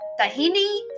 tahini